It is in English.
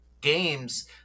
games